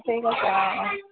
ঠিক আছে অঁ অঁ